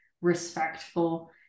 respectful